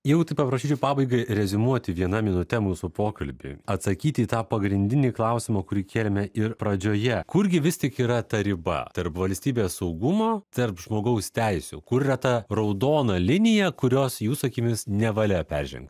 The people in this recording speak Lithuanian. jeigu taip paprašyčiau pabaigai reziumuoti viena minute mūsų pokalbį atsakyt į tą pagrindinį klausimą kurį kėlėme ir pradžioje kurgi vis tik yra ta riba tarp valstybės saugumo tarp žmogaus teisių kur yra ta raudona linija kurios jūsų akimis nevalia perženg